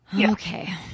Okay